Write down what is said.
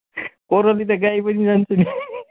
कोरली त गाई पनि लान्छु नि